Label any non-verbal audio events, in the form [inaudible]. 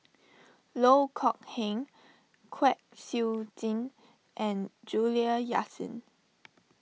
Loh Kok Heng Kwek Siew Jin and Juliana Yasin [noise]